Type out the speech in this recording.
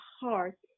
heart